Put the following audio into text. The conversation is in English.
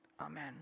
Amen